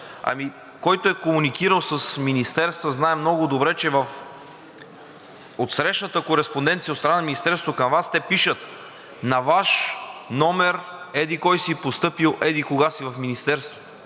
Ами, който е комуникирал с министерства, знае много добре, че в отсрещната кореспонденция от страна на министерството към Вас те пишат: „На Ваш номер еди-кой си, постъпил еди-кога си в министерството